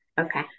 Okay